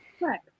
Right